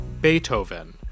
Beethoven